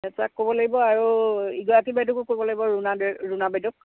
head ছাৰক ক'ব লাগিব আৰু ইগৰাকী বাইদেউকো ক'ব লাগিব ৰুণা ৰুণা বাইদেউক